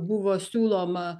buvo siūloma